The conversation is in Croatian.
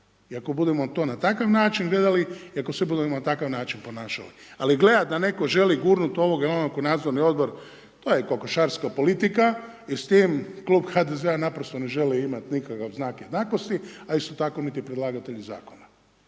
I ako budemo to na takav način gledali i ako se budemo na takav način ponašali. Ali, gledat da neko želi gurnut ovoga ili onoga u nadzorni odbor, to je kokošarska politika jer s tim klub HDZ-a naprosto ne želi imati nikakav znak jednakosti, a isto tako niti predlagatelji zakona.